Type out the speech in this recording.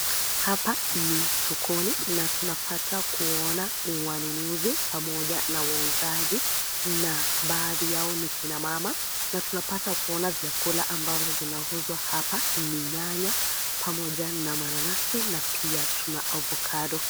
Hapa ni sokoni na tunapata kuona wanunuzi pamoja na wauzaji na baadhi yao ni kina mama na tunapata kuona vyakula ambavyo vinauzwa hapa ni nyanya, pamoja na mananasi na pia tuna avocado.